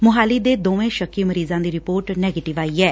ਮੋਹਾਲੀ ਦੇ ਦੋਵੇਂ ਸ਼ੱਕੀ ਮਰੀਜ਼ਾਂ ਦੀ ਰਿਪੋਰਟ ਨੈਗੇਟਿਵ ਆਈ ਐ